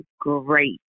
great